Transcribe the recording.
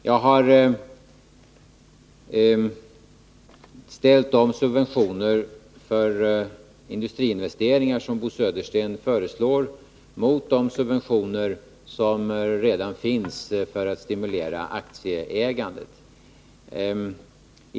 Jag har ställt de subventioner för industriinvesteringar som Bo Södersten föreslår mot de subventioner som redan finns för att stimulera aktieägandet.